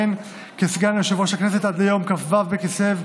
שכבר שלושה ימים מתנדבים לחפש אותו.